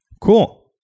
Cool